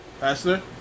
pastor